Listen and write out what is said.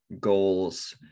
goals